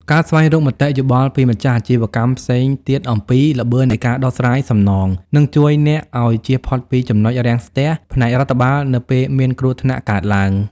ការស្វែងរកមតិយោបល់ពីម្ចាស់អាជីវកម្មផ្សេងទៀតអំពី ល្បឿននៃការដោះស្រាយសំណង នឹងជួយអ្នកឱ្យជៀសផុតពី ចំណុចរាំងស្ទះ ផ្នែករដ្ឋបាលនៅពេលមានគ្រោះថ្នាក់កើតឡើង។